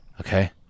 Okay